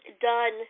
done